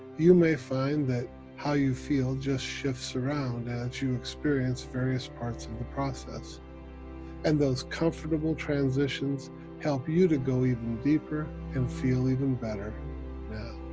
you may find that how you feel just shifts around as you experience various parts and the process and those comfortable transitions help you go even deeper and feel even better now.